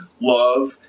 love